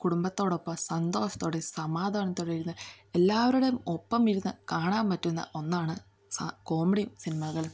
കുടുംബത്തോടൊപ്പം സന്തോഷത്തോടെയും സമാധാനത്തോടെയും ഇരുന്ന് എല്ലാവരുടെയും ഒപ്പം ഇരുന്ന് കാണാൻ പറ്റുന്ന ഒന്നാണ് കോമഡി സിനിമകൾ